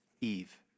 Eve